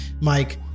Mike